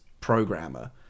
programmer